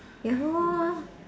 ya lor